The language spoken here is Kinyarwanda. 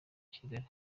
ikigali